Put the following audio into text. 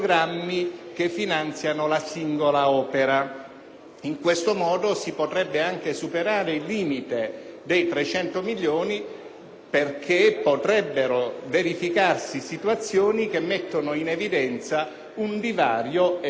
in questo modo, si potrebbe anche superare il limite dei 300 milioni, perché potrebbero verificarsi situazioni che mettono in evidenza un divario ed un fabbisogno significativamente maggiore.